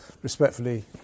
respectfully